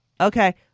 Okay